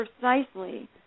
precisely